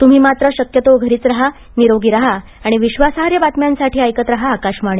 तुम्ही मात्र शक्यतो घरीच रहा निरोगी रहा आणि विश्वासार्ह बातम्यांसाठी ऐकत रहा आकाशवाणी